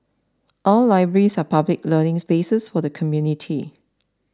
our libraries are public learning spaces for the community